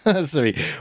sorry